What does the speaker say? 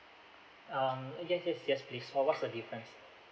um yes yes yes please for what's the difference